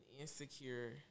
insecure